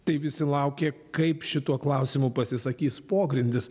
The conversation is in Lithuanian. tai visi laukė kaip šituo klausimu pasisakys pogrindis